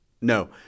No